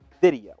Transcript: video